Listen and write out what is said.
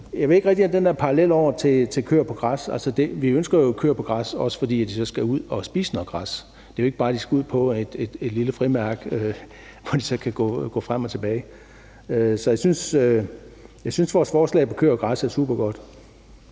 Jeg ved ikke rigtig med den der parallel over til køer på græs. Vi ønsker jo køer på græs, også fordi de så skal ud og spise noget græs. Det er jo ikke bare, at de skal ud på et lille frimærke, hvor de så kan gå frem og tilbage. Så jeg synes, vores forslag om køer på græs er supergodt.